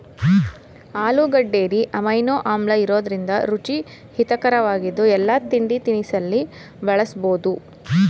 ಆಲೂಗೆಡ್ಡೆಲಿ amino ಆಮ್ಲಇರೋದ್ರಿಂದ ರುಚಿ ಹಿತರಕವಾಗಿದ್ದು ಎಲ್ಲಾ ತಿಂಡಿತಿನಿಸಲ್ಲಿ ಬಳಸ್ಬೋದು